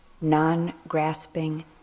non-grasping